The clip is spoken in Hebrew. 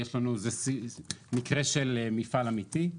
יש לנו מקרה של מפעל אמיתי.